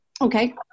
okay